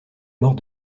mort